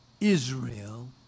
Israel